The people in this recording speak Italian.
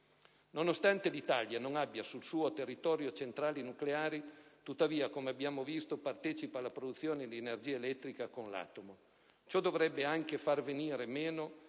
Nonostante l'Italia non abbia sul suo territorio centrali nucleari, essa partecipa, come abbiamo visto, alla produzione di energia elettrica con l'atomo. Ciò dovrebbe anche far venire meno